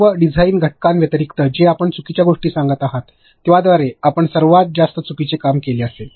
सर्व डिझाइन घटकांव्यतिरिक्त जे आपण चुकीच्या गोष्टी सांगत आहात त्याद्वारे आपण सर्वात जास्त चुकीचे काम केलेले असेल